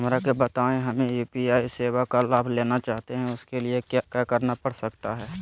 हमरा के बताइए हमें यू.पी.आई सेवा का लाभ लेना चाहते हैं उसके लिए क्या क्या करना पड़ सकता है?